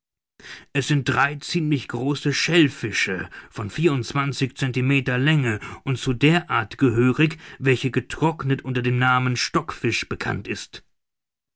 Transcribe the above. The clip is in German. es sind drei ziemlich große schellfische von vierundzwanzig centimeter länge und zu der art gehörig welche getrocknet unter dem namen stockfisch bekannt ist